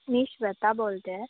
मी श्वेता बोलते आहे